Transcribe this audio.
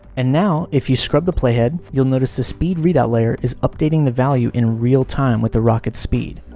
and now, if you scrub the playhead, you'll notice the speed readout layer is updating the value in real time with the rocket's speed.